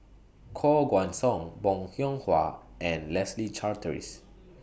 Koh Guan Song Bong Hiong Hwa and Leslie Charteris